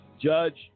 judge